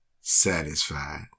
satisfied